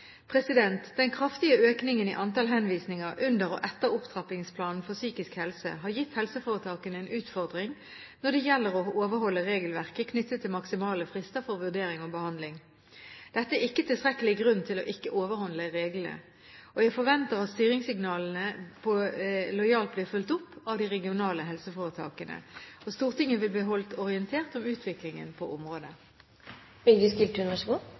Den kraftige økningen i antall henvisninger under og etter Opptrappingsplanen for psykisk helse har gitt helseforetakene en utfordring når det gjelder å overholde regelverket knyttet til maksimale frister for vurdering og behandling. Dette er ikke tilstrekkelig grunn til ikke å overholde reglene, og jeg forventer at styringssignalene lojalt blir fulgt opp av de regionale helseforetakene. Stortinget vil bli holdt orientert om utviklingen på